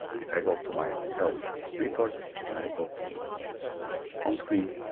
if i go to my sales report and i go to home screen